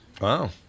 Wow